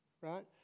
right